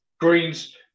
Greens